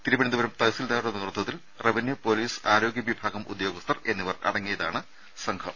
തിരുവനന്തപുരം തഹസിൽദാരുടെ നേതൃത്വത്തിൽ revenue police ആരോഗ്യ വിഭാഗം ഉദ്യോഗസ്ഥർ അടങ്ങിയതാണ് സംഘം